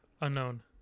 unknown